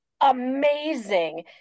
amazing